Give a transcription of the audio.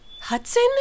Hudson